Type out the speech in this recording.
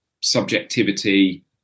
subjectivity